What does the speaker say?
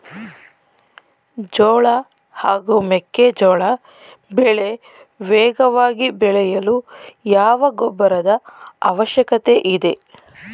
ಜೋಳ ಹಾಗೂ ಮೆಕ್ಕೆಜೋಳ ಬೆಳೆ ವೇಗವಾಗಿ ಬೆಳೆಯಲು ಯಾವ ಗೊಬ್ಬರದ ಅವಶ್ಯಕತೆ ಇದೆ?